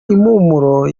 impumuro